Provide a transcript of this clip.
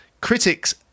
Critics